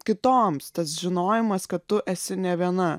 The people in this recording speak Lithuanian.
kitoms tas žinojimas kad tu esi ne viena